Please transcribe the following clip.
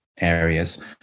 areas